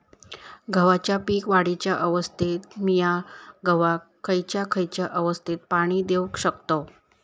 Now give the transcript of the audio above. गव्हाच्या पीक वाढीच्या अवस्थेत मिया गव्हाक खैयचा खैयचा अवस्थेत पाणी देउक शकताव?